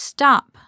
Stop